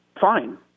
Fine